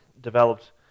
developed